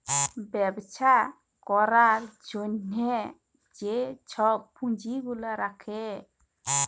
ব্যবছা ক্যরার জ্যনহে যে ছব পুঁজি গুলা রাখে